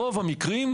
ברוב המקרים,